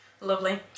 lovely